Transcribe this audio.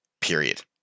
period